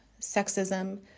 sexism